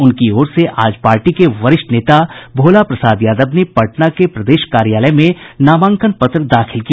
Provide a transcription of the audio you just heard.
उनकी ओर से आज पार्टी के वरिष्ठ नेता भोल प्रसाद यादव ने पटना के प्रदेश कार्यालय में नामांकन पत्र दाखिल किया